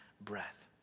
breath